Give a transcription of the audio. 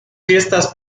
fiestas